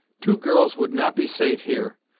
two girls would not be safe here,